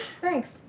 Thanks